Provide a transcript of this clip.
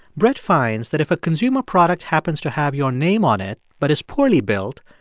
brett finds that if a consumer product happens to have your name on it but is poorly built,